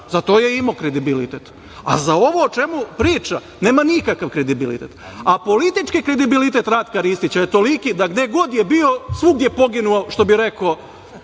Za to je imao kredibilitet, a za ovo o čemu priča nema nikakav kredibilitet, a politički kredibilitet Ratka Ristića je toliki da gde god je bio svugde je poginuo, što bi rekao